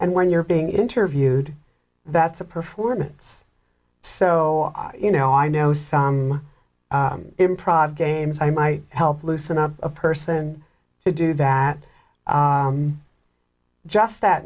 and when you're being interviewed that's a performance so you know i know some improv games i might help loosen up a person to do that just that